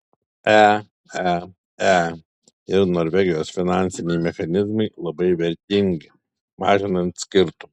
eee ir norvegijos finansiniai mechanizmai labai vertingi mažinant skirtumus